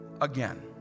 again